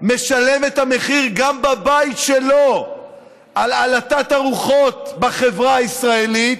משלם את המחיר גם בבית שלו על הלהטת הרוחות בחברה הישראלית,